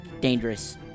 dangerous